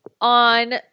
on